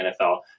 NFL